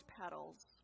petals